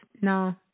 no